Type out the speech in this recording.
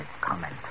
comment